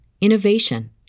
innovation